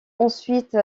ensuite